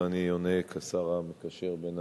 ואני עונה כשר המקשר בין